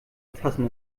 tassen